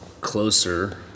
closer